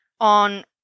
on